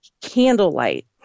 candlelight